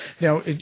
Now